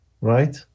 right